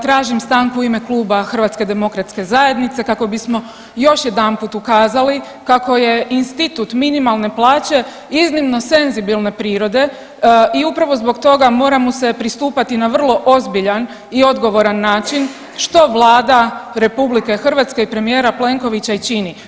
Tražim stanku u ime Kluba HDZ-a kako bismo još jedanput ukazali kako je institut minimalne plaće iznimno senzibilne prirode i upravo zbog toga mora mu se pristupati na vrlo ozbiljan i odgovoran način što Vlada RH i premijera Plenkovića i čini.